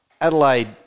Adelaide